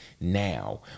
now